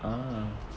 ah